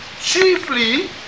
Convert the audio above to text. chiefly